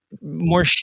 more